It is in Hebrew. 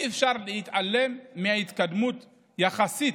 אי-אפשר להתעלם מההתקדמות היחסית.